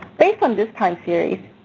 based on this time series,